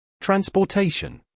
Transportation